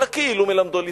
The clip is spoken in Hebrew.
"אלא כאילו מלמדו ליסטות".